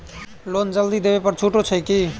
Loan जल्दी देबै पर छुटो छैक की?